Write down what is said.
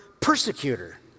persecutor